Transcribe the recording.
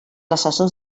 assessors